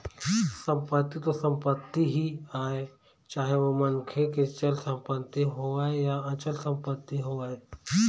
संपत्ति तो संपत्ति ही आय चाहे ओ मनखे के चल संपत्ति होवय या अचल संपत्ति होवय